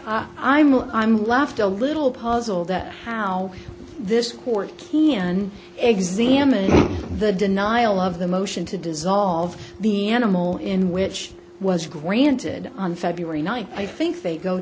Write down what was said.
well i'm left to little puzzle that how this court kian examined the denial of the motion to dissolve the animal in which was granted on february ninth i think they go